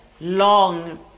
long